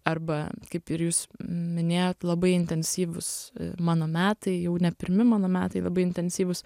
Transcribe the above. arba kaip ir jūs minėjot labai intensyvūs mano metai jau ne pirmi mano metai labai intensyvūs